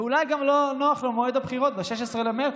ואולי גם לא נוח לו מועד הבחירות ב-16 במרץ,